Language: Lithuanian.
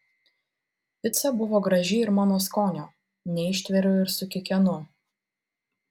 pica buvo graži ir mano skonio neištveriu ir sukikenu